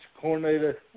coordinator